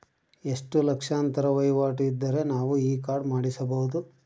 ಎಷ್ಟು ಲಕ್ಷಾಂತರ ವಹಿವಾಟು ಇದ್ದರೆ ನಾವು ಈ ಕಾರ್ಡ್ ಮಾಡಿಸಬಹುದು?